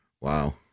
Wow